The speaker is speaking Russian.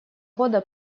года